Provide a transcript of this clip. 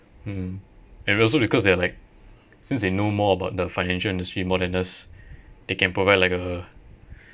mm and also because they are like since they know more about the financial industry more than us they can provide like a